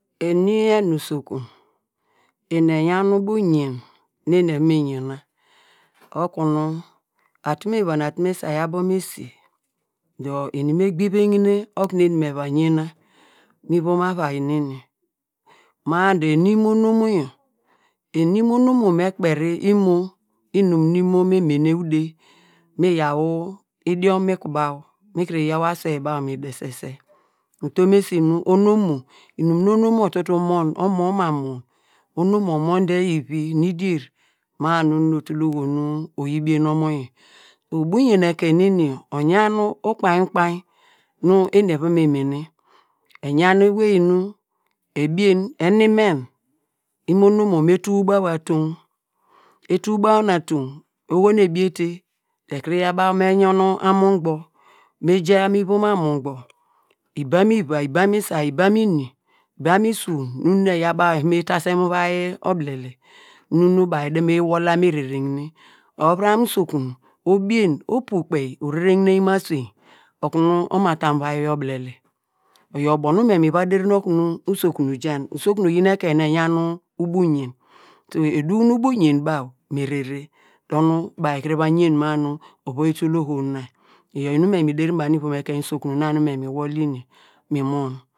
Eni enu usokun, eni eyan ubo uyen nu eni evon me yena okunu a tum- eva nu atum esay abo mu esi dor eni me gbivegne okunu eni meva yena mi ivom avia neni ma- a dor eni imo onomo yor, eni imo onomo me kperi imo inum nu imo me mene ude miyaw idiom mi ku baw mi kuru yawa asuei baw mi desese utom esi nu onomo, inum nu onomo otutu mon, omo oma mon, onomo onom de ivi nu idior ma nunu etul oho nu oyi bien omo yor, dor ubo uyen ekem neni uyan ukpainy ukpainy nu eni eva me imo- onomo me tuw baw atow, etuw baw nu atuw, baw atuw, etuw baw nu atuw, oho nu ebiete dor ekunu yaw baw me yon odun, me ja mu ivom omugbo ibam isay ibam ini ibam esuwon nunu eyaw baw me tase mu uvai obilele nu nu baw ede me yi wol me rere gine, ovurama usokun obie, opu kpeyi, orere gine mu asuweiný okunu oma ta mu uvai obilele oyor ubo nu me miva dino okunu usokun eja, usokun eyin ekun nu eyan ubo- uyen so eduw nu ubo uyen baw me rere dor baw ekuru va yen ma nu ovai yi tul nu oho na, iyor inum nu me mi deri banu ivom ekein usokun na nu me mi wol yin yor imimon.